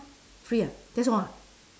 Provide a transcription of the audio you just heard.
free ah that's all ah